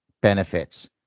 benefits